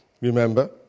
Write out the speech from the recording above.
remember